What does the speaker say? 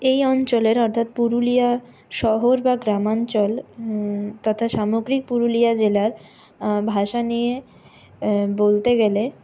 এই অঞ্চলের অর্থাৎ পুরুলিয়া শহর বা গ্রামাঞ্চল তথা সামগ্রিক পুরুলিয়া জেলার ভাষা নিয়ে বলতে গেলে